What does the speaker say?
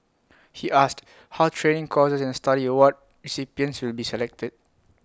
he asked how training courses and study award recipients will be selected